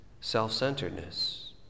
self-centeredness